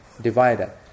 divider